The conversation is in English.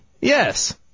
Yes